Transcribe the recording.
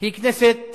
היא כנסת